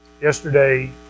Yesterday